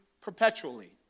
perpetually